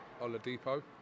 Oladipo